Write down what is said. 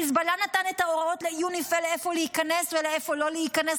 חיזבאללה נתן את ההוראות ליוניפי"ל לאיפה להיכנס ולאיפה לא להיכנס,